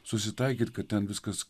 susitaikyti kad ten viskas